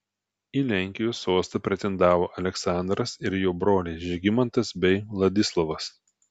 į lenkijos sostą pretendavo aleksandras ir jo broliai žygimantas bei vladislovas